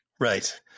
Right